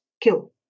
Kill